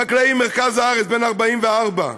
חקלאי ממרכז הארץ, בן 44,